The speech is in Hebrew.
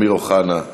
אמיר אוחנה,